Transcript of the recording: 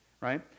right